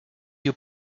you